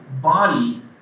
body